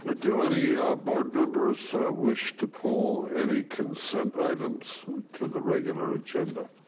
ah do any board members wish to pull any consent items to the regular agenda?